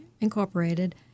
Incorporated